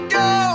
go